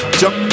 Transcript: jump